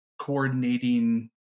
coordinating